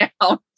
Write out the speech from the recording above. down